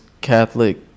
Catholic